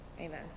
Amen